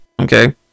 okay